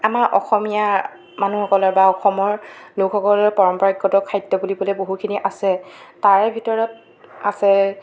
আমাৰ অসমীয়া মানুহসকলৰ বা অসমৰ লোকসকলৰ পৰম্পৰাগত খাদ্য বুলিবলৈ বহুখিনি আছে তাৰে ভিতৰত আছে